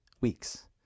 weeks